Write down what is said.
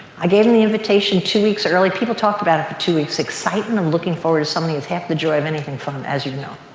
i gave them the invitation two weeks early. people talked about it for two weeks. excitement of looking forward to something is half the joy of anything fun, as you know.